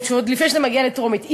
עוד לפני שזה מגיע לקריאה טרומית,